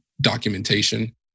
documentation